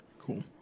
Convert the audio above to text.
Cool